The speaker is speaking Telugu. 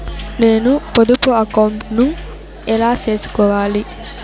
నేను పొదుపు అకౌంటు ను ఎలా సేసుకోవాలి?